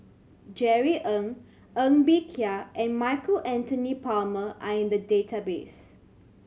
Jerry Ng Ng Bee Kia and Michael Anthony Palmer are in the database